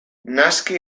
naski